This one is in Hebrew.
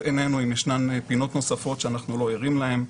עינינו אם ישנן פינות נוספות שאנחנו לא ערים להן.